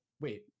Wait